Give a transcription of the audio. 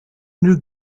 knew